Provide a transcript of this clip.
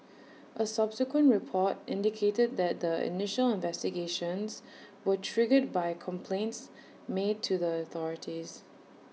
A subsequent report indicated that the initial investigations were triggered by complaints made to the authorities